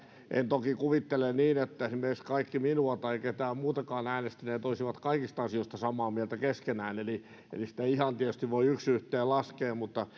en toki kuvittele niin että esimerkiksi kaikki minua tai ketään muutakaan äänestäneet olisivat kaikista asioista samaa mieltä keskenään eli sitä ei ihan tietysti voi yksi yhteen laskea mutta